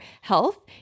health